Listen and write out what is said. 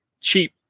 cheap